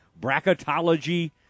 bracketology